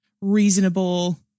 reasonable